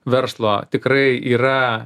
verslo tikrai yra